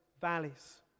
valleys